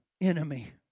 enemy